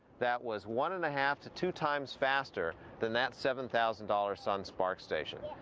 that was one and a half to two times faster than that seven thousand dollars sun sparc station.